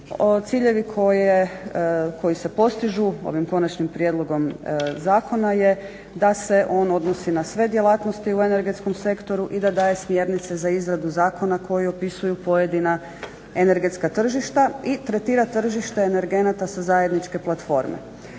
ciljevi koji se postižu ovim konačnim prijedlogom zakona je da se on odnosi na sve djelatnosti u energetskom sektoru i da daje smjernice sa izradu zakona koji opisuju pojedina energetska tržišta i tretira tržište energenata sa zajedničke platforme.